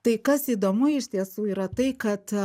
tai kas įdomu iš tiesų yra tai kad